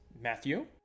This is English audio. Matthew